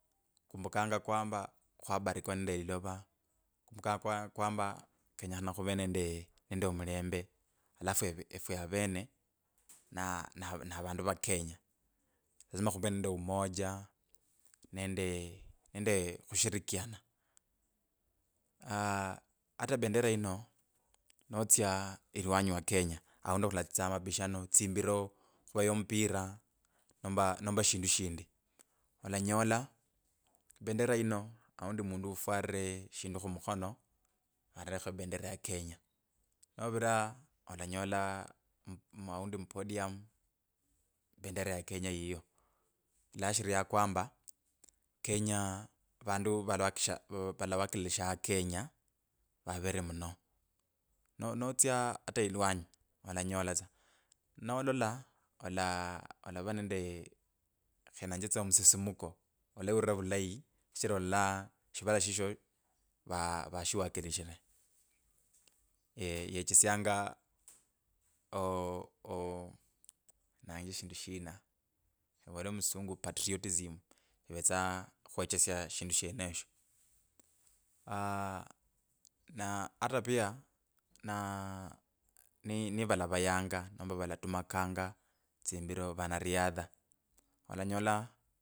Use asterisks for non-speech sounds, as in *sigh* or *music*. Khukumbukanga kwamba khwabariwa nende elilova, khukumbukanga kw kwamba kenyekhana khuve nende nende omulembe alafu eve, efwe avene na na navandu va kenya lazima khuve nende umoja nende nende khushirikiana. *hesitation* ata bendera yino notsya iliwanyi wa kenya aundi khulatsitsa mabishano tsimbiro, khuvaya omupira nomba nomba shindu shindi olanyola bendera yino aundi mundu ufwarire shindu khumukono ererekho bendera ya kenya, novira olanyola mu aundi mupodium bendera ya kenya yiyo ilaashiria kwamba kenya vandu valawakisha valawakilishanga kenya vavere muno no. Natsya ata iliwanyi olanyola tsa. Nolala ola ola alava nende khenanje tsa musisimuko oleurira vulayi shichira ola ola shivala shishyo va vashiwakilishire. Ye yechesyanga oo oo nanje shindu shina khuvole mulusungu patriotism. Ivetsa khuechesya shindu sheneshyo aah na ata pia na nivakavayanga nomba valatumakanga tsimbiro vanariadha olanyola.